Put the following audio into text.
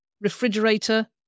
refrigerator